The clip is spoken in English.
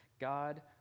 God